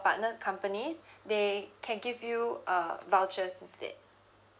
partnered companies they can give you uh vouchers instead